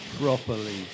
properly